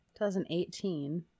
2018